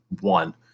one